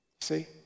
See